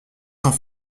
sans